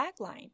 tagline